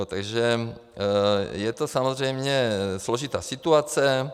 Takže je to samozřejmě složitá situace.